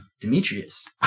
Demetrius